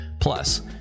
Plus